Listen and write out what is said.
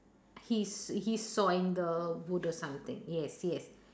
he's he's sawing the wood or something yes yes